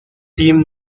teams